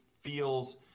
feels